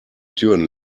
türen